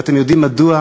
ואתם יודעים מדוע?